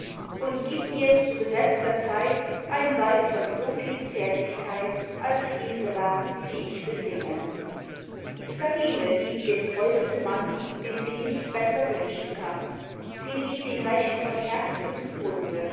und gib mir zu gesetzter zeit ein weib von so viel zärtlichkeit als diese war die ich besinge clarine liebt den treusten mann den sie nicht besser wünschen kann sie liebt ihn recht von herzensgrunde